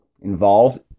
involved